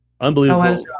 Unbelievable